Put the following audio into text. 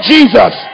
Jesus